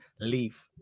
leave